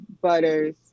butters